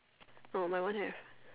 oh my one have